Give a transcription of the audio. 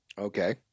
Okay